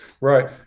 Right